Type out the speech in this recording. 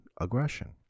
aggression